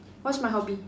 what's my hobby